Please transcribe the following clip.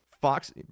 Fox